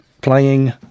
playing